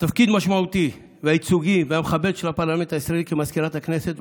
התפקיד המשמעותי והייצוגי והמכבד של הפרלמנט הישראלי כמזכירת הכנסת,